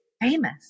famous